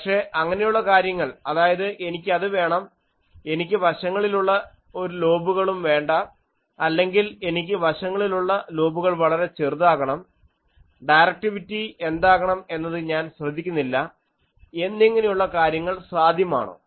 പക്ഷേ അങ്ങനെയുള്ള കാര്യങ്ങൾ അതായത് എനിക്ക് അത് വേണം എനിക്ക് വശങ്ങളിലുള്ള ഒരു ലോബുകളും വേണ്ട അല്ലെങ്കിൽ എനിക്ക് വശങ്ങളിലുള്ള ലോബുകൾ വളരെ ചെറുതാകണം ഡയറക്ടിവിറ്റി എന്താകണം എന്നത് ഞാൻ ശ്രദ്ധിക്കുന്നില്ല എന്നിങ്ങനെയുള്ള കാര്യങ്ങൾ സാധ്യമാണോ